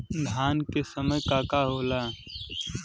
धान के समय का का होला?